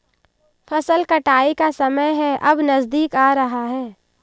फसल कटाई का समय है अब नजदीक आ रहा है